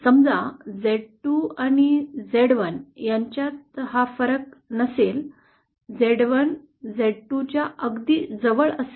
समजा Z2 आणि Z1 यांच्यात हा फरक नसेल Z1 Z2च्या अगदी जवळ असेल